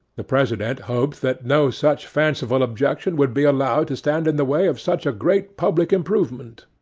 the president hoped that no such fanciful objections would be allowed to stand in the way of such a great public improvement.